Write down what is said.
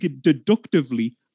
deductively